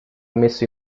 messo